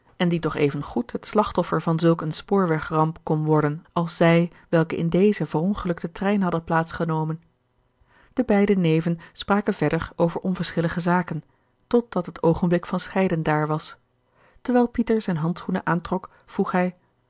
en die toch even goed het slachtoffer van zulk een spoorwegramp kon worden als zij welke in deze verongelukten trein hadden plaats genomen de beide neven spraken verder over onverschillige zaken tot dat het oogenblik van scheiden daar was terwijl pieter zijne handschoenen aantrok vroeg hij